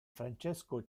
francesco